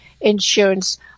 insurance